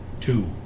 Two